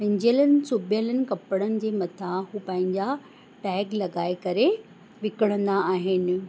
पंहिंजेलनि सिबियलनि कपिड़नि जे मथां हू पंहिंजा टैग लॻाए करे विकिणंदा आहिनि